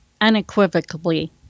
unequivocally